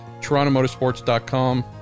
TorontoMotorsports.com